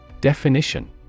Definition